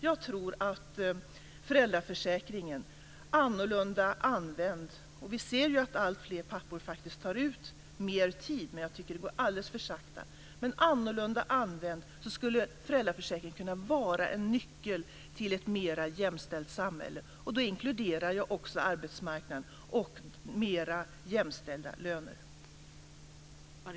Jag tror att föräldraförsäkringen annorlunda använd - vi ser också att alltfler pappor faktiskt tar ut mer tid, även om det går alldeles för sakta - skulle kunna vara en nyckel till ett mera jämställt samhälle. I det inkluderar jag också arbetsmarknaden och mera jämställda löner.